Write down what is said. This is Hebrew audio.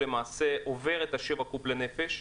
שעובר את השבעה קו"ב לנפש,